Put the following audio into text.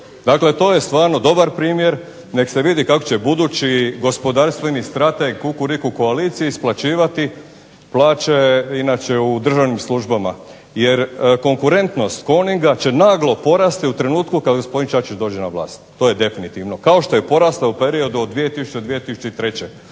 To je stvarno dobar primjer, neka se vidi kako će budući gospodarstveni strateg kukuriku koalicije isplaćivati plaće inače u državnim službama. Jer konkurentnost Coninga će naglo porasti u trenutku kada gospodin Čačić dođe na vlast. To je definitivno, kao što je porasla u periodu od 2000.